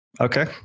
Okay